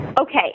okay